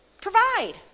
Provide